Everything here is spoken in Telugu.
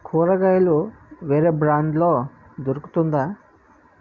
కూరగాయలు వేరే బ్రాండ్లో దొరుకుతుందా